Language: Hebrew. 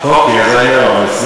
הוא מיותר.